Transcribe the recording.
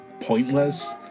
pointless